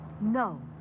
No